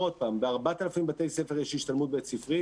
ב-4,000 בתי ספר יש השתלמות בית-ספרית.